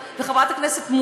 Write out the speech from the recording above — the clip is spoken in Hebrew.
וחבר הכנסת שלח,